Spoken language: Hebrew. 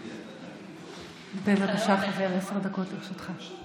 בבקשה, עשר דקות לרשותך.